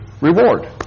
reward